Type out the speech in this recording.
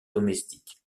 domestique